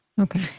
Okay